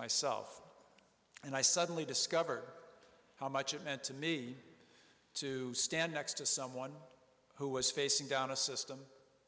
myself and i suddenly discover how much it meant to me to stand next to someone who was facing down a system